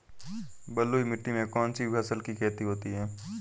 बलुई मिट्टी में कौनसी फसल की खेती होती है?